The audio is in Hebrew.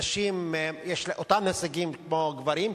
לנשים יש אותם הישגים כמו גברים,